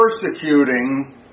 persecuting